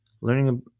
learning